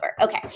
Okay